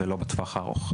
ולא בטווח הארוך.